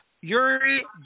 Yuri